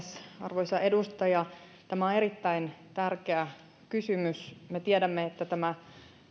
arvoisa edustaja tämä on erittäin tärkeä kysymys me tiedämme että tämä